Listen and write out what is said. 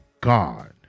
God